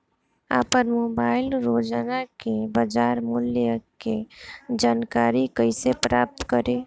आपन मोबाइल रोजना के बाजार मुल्य के जानकारी कइसे प्राप्त करी?